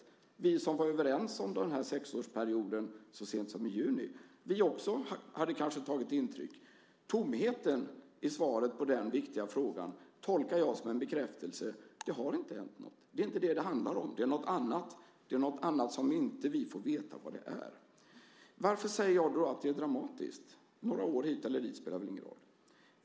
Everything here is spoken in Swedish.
Också vi som så sent som i juni var överens om sexårsperioden hade då kanske tagit intryck. Tomheten i svaret på den viktiga frågan tolkar jag som en bekräftelse på att det inte har hänt någonting. Det är inte det som det handlar om, utan det är någonting annat som vi inte får veta vad det är. Varför säger jag då att det är dramatiskt? Några år hit eller dit spelar väl ingen roll.